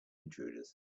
intruders